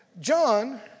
John